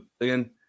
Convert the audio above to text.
again